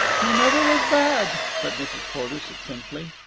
he never was bad, said mrs. porter succinctly.